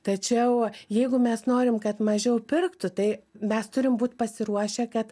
tačiau jeigu mes norim kad mažiau pirktų tai mes turim būt pasiruošę kad